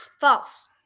false